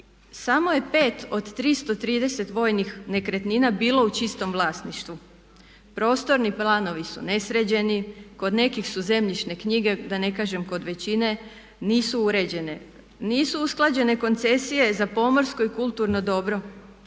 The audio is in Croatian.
Samo je 5 od 330 vojnih nekretnina bilo u čistom vlasništvu, prostorni planovi su nesređeni, kod nekih zemljišne knjige, da ne kažem kod većine, nisu uređene. Nisu usklađene koncesije za pomorsko i kulturno dobro.